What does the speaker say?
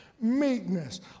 meekness